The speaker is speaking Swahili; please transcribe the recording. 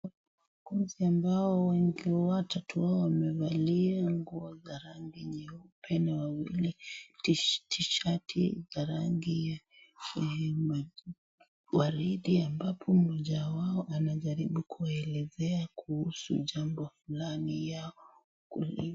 Wauguzi ambao wengi watatu wamevalia nguo za rangi nyeupe na wawili a tishati la rangi waridi ambapo mmoja wao anajaribu kelezea kuhusu jambo fulani.